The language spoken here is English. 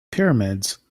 pyramids